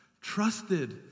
trusted